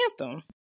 anthem